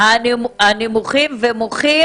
-- ומוחים